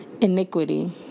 iniquity